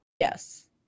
Yes